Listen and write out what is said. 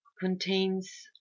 contains